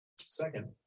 second